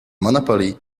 monopoly